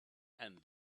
and